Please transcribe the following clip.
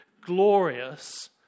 glorious